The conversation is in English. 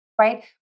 Right